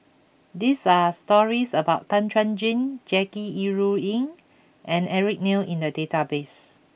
these are stories about Tan Chuan Jin Jackie Yi Ru Ying and Eric Neo in the database